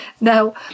Now